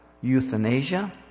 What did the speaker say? euthanasia